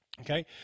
Okay